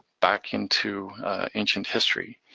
back into ancient history.